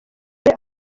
muri